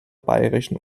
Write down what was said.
bayerischen